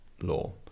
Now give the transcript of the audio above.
law